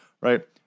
right